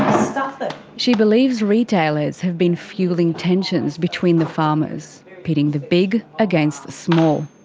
stuff it! she believes retailers have been fuelling tensions between the farmers. pitting the big against the small,